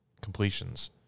completions